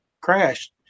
crashed